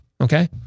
Okay